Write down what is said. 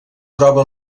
troba